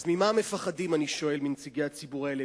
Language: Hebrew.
אז ממה מפחדים מנציגי הציבור האלה,